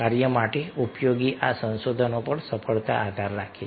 કાર્ય માટે ઉપયોગી આ સંસાધનો પર સફળતા આધાર રાખે છે